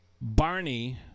Barney